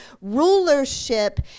rulership